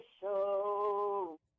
show